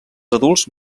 adults